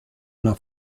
una